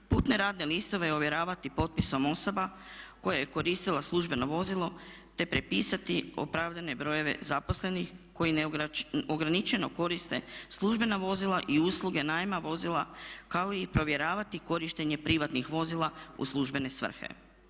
Putne radne listove ovjeravati potpisom osoba koje su koristile službeno vozilo te prepisati opravdane brojeve zaposlenih koji neograničeno koriste službena vozila i usluge najma vozila kao i provjeravati korištenje prihvatnih vozila u službene svrhe.